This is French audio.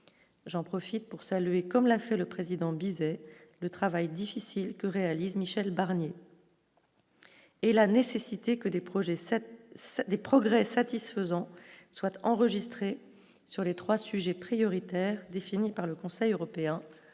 j'en profite pour saluer comme l'a fait le président Bizet le travail difficile que réalise Michel Barnier. Et la nécessité que les projets cette des progrès satisfaisants soit enregistrée sur les 3 sujets prioritaires définis par le Conseil européen,